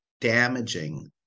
damaging